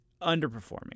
Underperforming